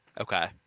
Okay